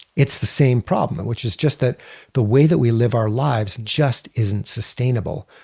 it's the same problem which is just that the way that we live our lives just isn't sustainable.